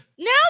Now